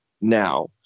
Now